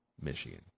Michigan